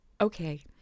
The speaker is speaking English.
Okay